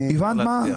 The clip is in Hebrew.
הבנת מה?